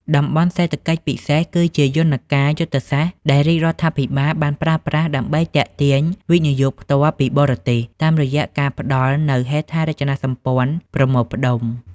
តំបន់សេដ្ឋកិច្ចពិសេស គឺជាយន្តការយុទ្ធសាស្ត្រដែលរាជរដ្ឋាភិបាលប្រើប្រាស់ដើម្បីទាក់ទាញ វិនិយោគផ្ទាល់ពីបរទេស តាមរយៈការផ្ដល់នូវហេដ្ឋារចនាសម្ព័ន្ធប្រមូលផ្ដុំ។